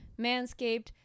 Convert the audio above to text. Manscaped